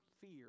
fear